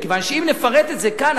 מכיוון שאם נפרט את זה כאן,